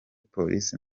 polisi